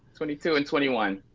twenty two and twenty one.